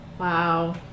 Wow